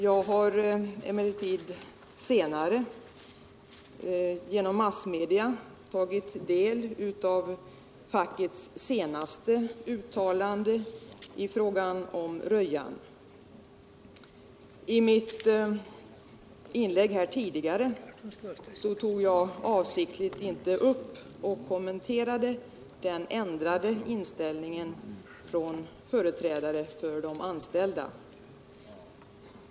Jag har emellertid senare genom massmedia tagit del av fackets senaste uttalande i fråga om Rödjan. I mitt inlägg här tidigare tog jag avsiktligt inte upp och kommenterade den ändrade inställningen från företrädare för de anställda.